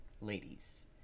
ladies